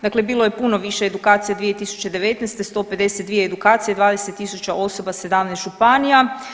Dakle, bilo je puno više edukacija 2019. 152 edukacije 20.000 osoba, 17 županija.